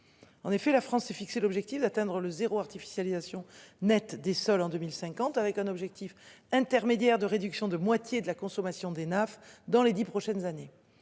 En effet, la France s'est fixé l'objectif d'atteindre le zéro artificialisation nette des sols en 2050 avec un objectif intermédiaire de réduction de moitié de la consommation des Naf dans les 10 prochaines années.